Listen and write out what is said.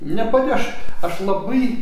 nepaveš aš labai